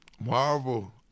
Marvel